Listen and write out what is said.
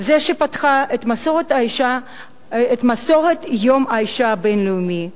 זו שפתחה את מסורת יום האשה הבין-לאומי.